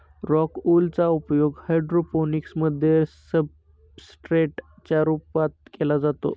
rock wool चा उपयोग hydroponics मध्ये सब्सट्रेट च्या रूपात केला जातो